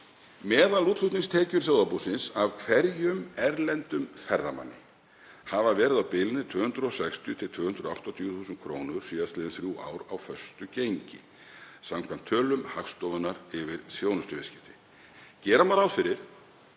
Meðalútflutningstekjur þjóðarbúsins af hverjum erlendum ferðamanni hafa verið á bilinu 260.000–280.000 kr. síðastliðin þrjú ár á föstu gengi samkvæmt tölum Hagstofunnar yfir þjónustuviðskipti. Gera má ráð fyrir